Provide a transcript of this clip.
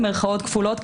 במירכאות כפולות,